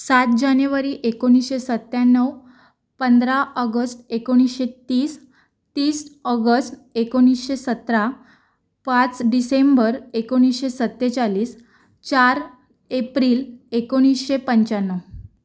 सात जानेवारी एकोणीसशे सत्त्याण्णव पंधरा ऑगस्ट एकोणीसशे तीस तीस ऑगस्ट एकोणीसशे सतरा पाच डिसेंबर एकोणीसशे सत्तेचाळीस चार एप्रिल एकोणीसशे पंच्याण्णव